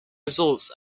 results